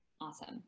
Awesome